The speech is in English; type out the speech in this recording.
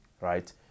right